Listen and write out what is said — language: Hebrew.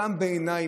גם בעיניי,